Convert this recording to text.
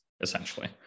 essentially